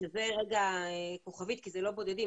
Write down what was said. שזה רגע בכוכבית כי זה לא בודדים,